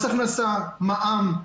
מס הכנסה, מע"מ,